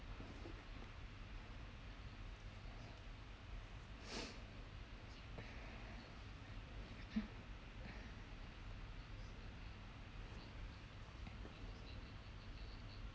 mm